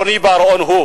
רוני בר-און.